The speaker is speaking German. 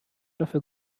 dafür